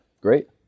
great